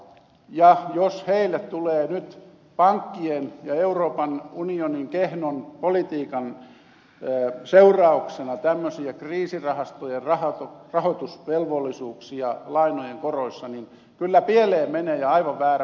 ja jos heille tulee nyt pankkien ja euroopan unionin kehnon politiikan seurauksena tämmöisiä kriisirahastojen rahoitusvelvollisuuksia lainojen koroissa niin kyllä pieleen menee ja aivan väärä malli on